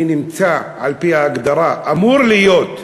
אני נמצא, על-פי ההגדרה, אמור להיות כאדם,